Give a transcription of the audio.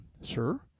sir